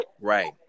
Right